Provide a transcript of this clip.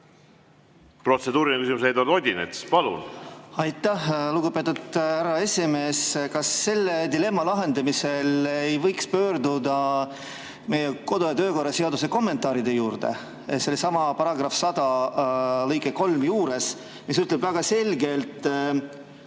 Protseduuriline küsimus, Eduard Odinets. Palun! Aitäh, lugupeetud härra esimees! Kas selle dilemma lahendamisel ei võiks pöörduda meie kodu‑ ja töökorra seaduse kommentaaride juurde? Sellesama § 100 lõike 3 juures on öeldud väga selgelt: